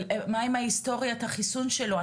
אבל מה עם היסטוריית החיסון שלו?